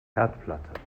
herdplatte